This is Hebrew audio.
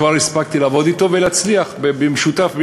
כבר הספקתי לעבוד אתו ולהצליח במשותף,